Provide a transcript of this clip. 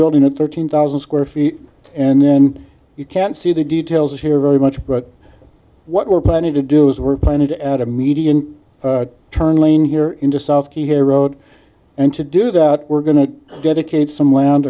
building at thirteen thousand square feet and then you can see the details here very much but what we're planning to do is we're planning to add a median turn lane here into south to here road and to do that we're going to dedicate some land